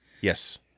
yes